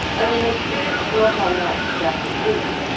and, in a spirit not unlike to that of, ruth,